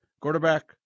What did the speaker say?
quarterback